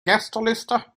gästeliste